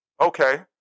okay